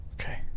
Okay